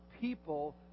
people